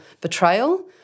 betrayal